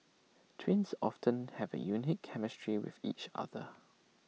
twins often have A unique chemistry with each other